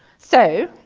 so,